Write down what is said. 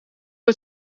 het